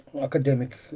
academic